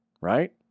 right